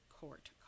court